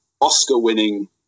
oscar-winning